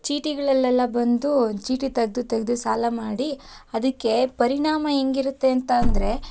ಚೀಟಿಗಳಲ್ಲೆಲ್ಲ ಬಂದು ಚೀಟಿ ತೆಗ್ದು ತೆಗ್ದು ಸಾಲ ಮಾಡಿ ಅದಕ್ಕೆ ಪರಿಣಾಮ ಹೇಗಿರತ್ತೆ ಅಂತ ಅಂದರೆ